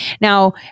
Now